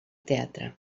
teatre